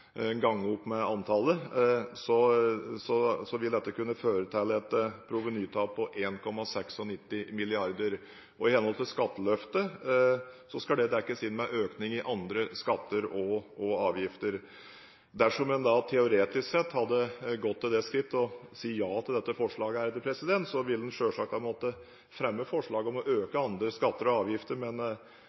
vil dette kunne føre til et provenytap på 1,96 mrd. kr. I henhold til skatteløftet skal det dekkes inn med økning i andre skatter og avgifter. Dersom en teoretisk sett hadde gått til det skritt å si ja til dette forslaget, ville en selvsagt ha måttet fremme forslag om å øke andre skatter og avgifter. Jeg hadde ikke tenkt å antyde noen retning på det på stående fot, men